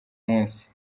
munsi